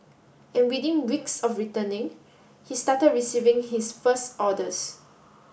and within weeks of returning he started receiving his first orders